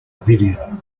video